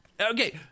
Okay